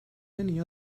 many